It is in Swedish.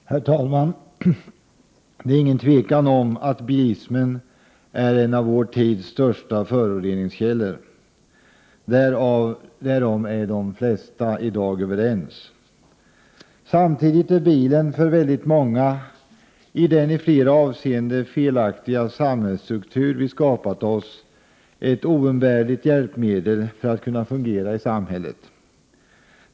Herr talman! Det råder inte något tvivel om att bilismen är en av vår tids största föroreningskällor. De flesta är helt överens därom. Samtidigt är bilen för väldigt många, i den i flera avseenden felaktiga samhällsstruktur vi skapat oss, ett oumbärligt hjälpmedel för att kunna fungera i samhället.